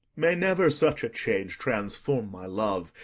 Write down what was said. may never such a change transform my love,